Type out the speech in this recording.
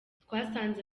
twasanze